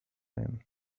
him